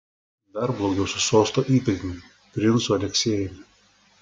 dar blogiau su sosto įpėdiniu princu aleksiejumi